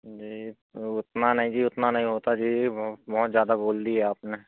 जी उतना नहीं जी उतना नहीं होता है जी बहुत ज़्यादा बोल दिए आपने